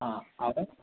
ആ അവൻ